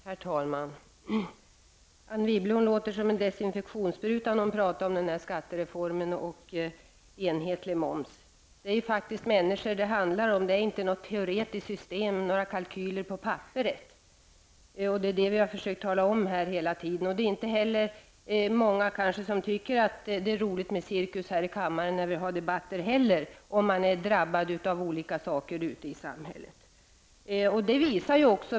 Herr talman! Anne Wibble låter som en desinfektionsspruta när hon talar om skattereformen och enhetlig moms. Men det är faktiskt människor det handlar om och inte något teoretiskt system eller några kalkyler på papperet. Det är det som vi hela tiden har försökt tala om. Det är kanske inte heller så många av de människor som är drabbade av olika saker ute i samhället som tycker att det är roligt med cirkus här i kammaren när vi har debatter.